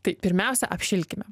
tai pirmiausia apšilkime